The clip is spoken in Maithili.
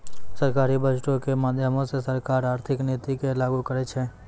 सरकारी बजटो के माध्यमो से सरकार आर्थिक नीति के लागू करै छै